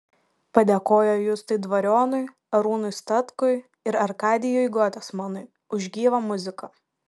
padėkojo justui dvarionui arūnui statkui ir arkadijui gotesmanui už gyvą muziką